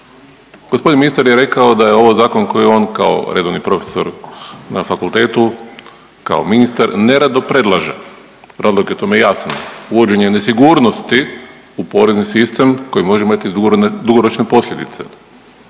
Gospodin ministar je rekao da je ovo zakon koji on kao redovni profesor na fakultetu i kao ministar nerado predlaže, razlog je tome jasan, uvođenje nesigurnosti u porezni sistem koji može imati dugoročne posljedice.